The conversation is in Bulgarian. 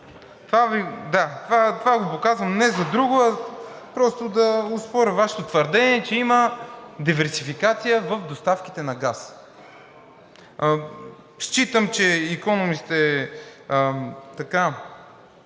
Това Ви го показвам не за друго, а просто да оспоря Вашето твърдение, че има диверсификация в доставките на газ. Считам, че „Икономист“ прави